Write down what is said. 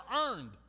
earned